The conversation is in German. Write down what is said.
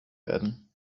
werden